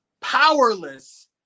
powerless